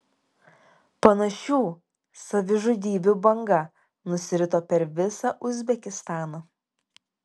panašių savižudybių banga nusirito per visą uzbekistaną